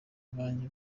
banjye